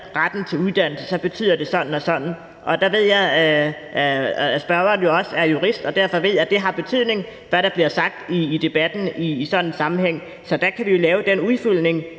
retten til uddannelse, betyder det sådan og sådan. Jeg ved, at spørgeren jo også er jurist, og jeg ved, at det har betydning, hvad der bliver sagt i debatten i sådan en sammenhæng. Så der kan vi jo lave den udfyldning,